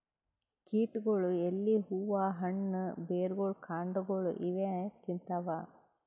ಕೀಟಗೊಳ್ ಎಲಿ ಹೂವಾ ಹಣ್ಣ್ ಬೆರ್ಗೊಳ್ ಕಾಂಡಾಗೊಳ್ ಇವೇ ತಿಂತವ್